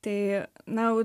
tai na